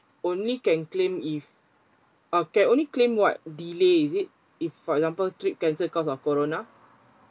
only can claim if uh can only claim what delay is it if for example trip cancel cause of corona